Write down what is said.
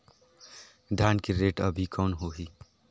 धान के रेट अभी कौन होही?